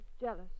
jealous